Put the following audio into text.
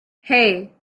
hey